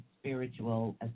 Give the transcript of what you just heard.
spiritual